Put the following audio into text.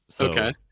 Okay